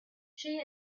she